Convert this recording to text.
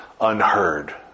unheard